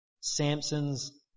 Samson's